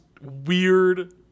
weird